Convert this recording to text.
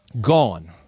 Gone